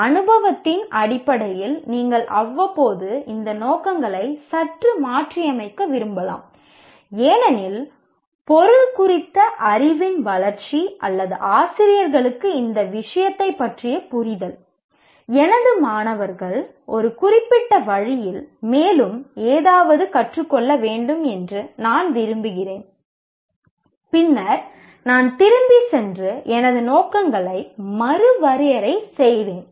அனுபவத்தின் அடிப்படையில் நீங்கள் அவ்வப்போது இந்த நோக்கங்களை சற்று மாற்றியமைக்க விரும்பலாம் ஏனெனில் பொருள் குறித்த அறிவின் வளர்ச்சி அல்லது ஆசிரியர்களுக்கு இந்த விஷயத்தைப் பற்றிய புரிதல் எனது மாணவர்கள் ஒரு குறிப்பிட்ட வழியில் மேலும் ஏதாவது கற்றுக் கொள்ள வேண்டும் என்று நான் விரும்புகிறேன் பின்னர் நான் திரும்பிச் சென்று எனது நோக்கங்களை மறுவரையறை செய்வேன்